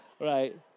right